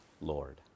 Lord